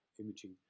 imaging